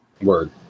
Word